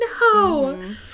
no